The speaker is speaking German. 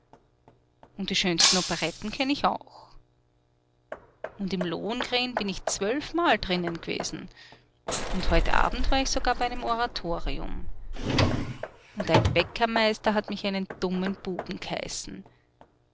und die schönsten operetten kenn ich auch und im lohengrin bin ich zwölfmal d'rin gewesen und heut abend war ich sogar bei einem oratorium und ein bäckermeister hat mich einen dummen buben geheißen